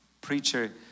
preacher